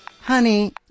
honey